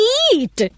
eat